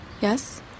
Yes